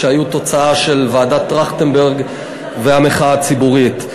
שהיו תוצאה של ועדת טרכטנברג והמחאה הציבורית.